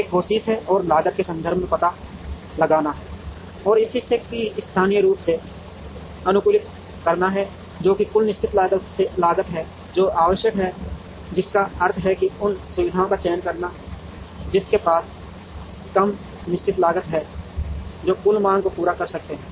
एक कोशिश है और लागत के संदर्भ में पता लगाना है और इस हिस्से को स्थानीय रूप से अनुकूलित करना है जो कि कुल निश्चित लागत है जो आवश्यक है जिसका अर्थ है कि उन सुविधाओं का चयन करना जिनके पास कम निश्चित लागत है जो कुल मांग को पूरा कर सकते हैं